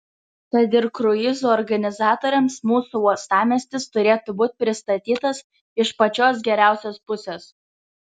tad ir kruizų organizatoriams mūsų uostamiestis turėtų būti pristatytas iš pačios geriausios pusės